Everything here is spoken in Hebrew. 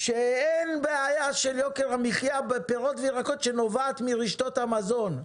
שאין בעיה של יוקר המחיה בפירות וירקות שנובעת מרשתות המזון.